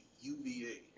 UVA